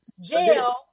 Jail